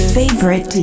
favorite